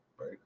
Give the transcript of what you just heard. right